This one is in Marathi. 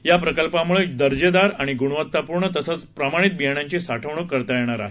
या प्रकल्पामुळे दर्जेदार आणि गुणवत्तापूर्ण तसंच प्रमाणित बियाण्यांची साठवणूक करता येणार आहे